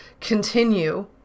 continue